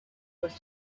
was